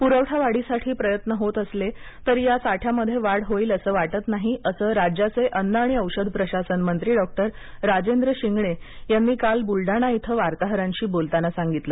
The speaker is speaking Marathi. पुरवठावाढीसाठी प्रयत्न होत असले तरी या साठ्यामध्ये वाढ होईल असे वाटत नाही असं राज्याचे अन्न आणि औषध प्रशासन मंत्री डॉक्टर राजेंद्र शिंगणे यांनी काल बुलडाणा इथं वार्ताहरांशी बोलताना सांगितलं